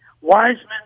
Wiseman